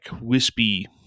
wispy